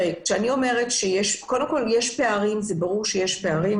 זה ברור שיש פערים,